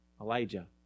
Elijah